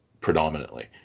predominantly